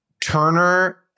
Turner